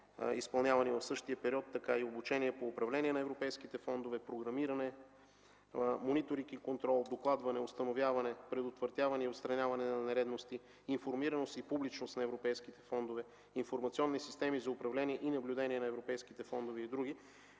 изпълнявани в същия период, така и обучение по управление на европейските фондове, програмиране, мониторинг и контрол, докладване, установяване, предотвратяване и отстраняване на нередности, информираност и публичност на европейските фондове, информационни системи за управление и наблюдение на европейските фондове и други,